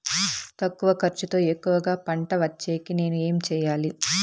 తక్కువ ఖర్చుతో ఎక్కువగా పంట వచ్చేకి నేను ఏమి చేయాలి?